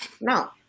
No